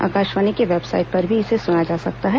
आकाशवाणी की वेबसाईट पर भी इसे सुना जा सकता है